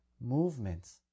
movements